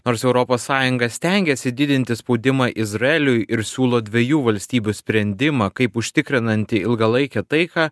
nors europos sąjunga stengiasi didinti spaudimą izraeliui ir siūlo dviejų valstybių sprendimą kaip užtikrinantį ilgalaikę taiką